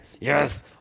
Yes